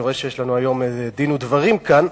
אני רואה שיש לנו היום דין ודברים כאן,